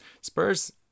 Spurs